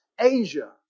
Asia